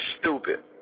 stupid